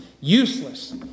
useless